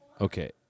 Okay